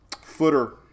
footer